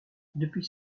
depuis